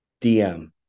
dm